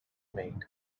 made